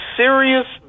serious